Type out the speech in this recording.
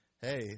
hey